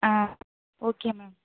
ah okay ma'am